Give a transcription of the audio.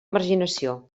marginació